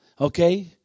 Okay